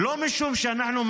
צריך לעשות את זה